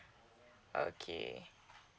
okay